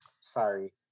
sorry